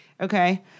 Okay